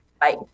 Bye